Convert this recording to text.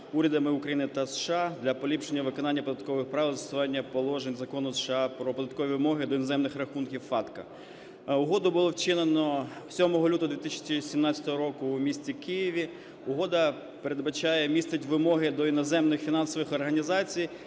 урядами України та США для поліпшення виконання податкових правил й застосування положень Закону США "Про податкові вимоги до іноземних рахунків" (FATCA). Угоду було вчинено 7 лютого 2017 року у місті Києві. Угода передбачає, містить вимоги до іноземних фінансових організацій,